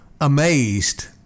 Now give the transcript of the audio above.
amazed